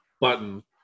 button